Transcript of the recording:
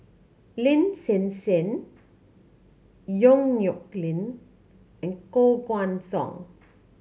Lin Hsin Hsin Yong Nyuk Lin and Koh Guan Song